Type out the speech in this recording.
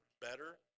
better